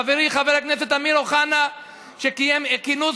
חברי חבר הכנסת אמיר אוחנה קיים כינוס,